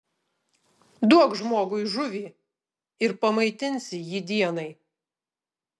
duok žmogui žuvį ir pamaitinsi jį dienai